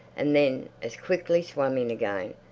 and then as quickly swam in again,